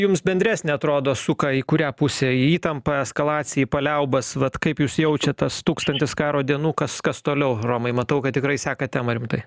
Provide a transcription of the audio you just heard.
jums bendresnė atrodo suka į kurią pusę į įtampą eskalaciją į paliaubas vat kaip jūs jaučiat tas tūkstantis karo dienų kas kas toliau romai matau kad tikrai sekat temą rimtai